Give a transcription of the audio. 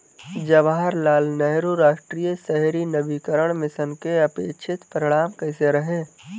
जवाहरलाल नेहरू राष्ट्रीय शहरी नवीकरण मिशन के अपेक्षित परिणाम कैसे रहे?